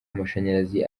amashanyarazi